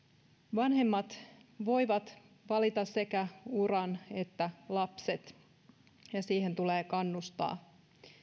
vanhemmat voivat valita sekä uran että lapset ja siihen tulee kannustaa